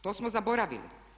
To smo zaboravili.